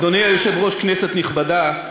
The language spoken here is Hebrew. אדוני היושב-ראש, כנסת נכבדה,